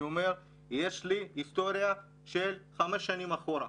יש לי היסטוריה של חמש שנים אחורה,